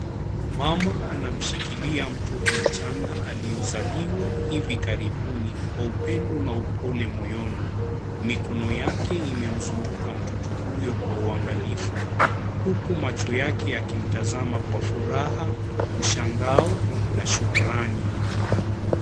Mama anamshikilia mtoto mchanga aliyozaliwa hivi karibuni kwa upendo na pole motoni, mikono yake imemzunguka mtoto huyo kwa uangalifu huku macho yake yakimtazama kwa furaha, mshangao na shukrani.